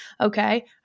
okay